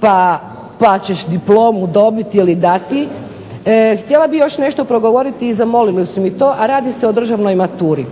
pa će ti diplomu dati, htjela bih još nešto progovoriti i zamolili su me to, a radi se o državnoj maturi.